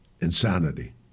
insanity